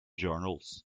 journals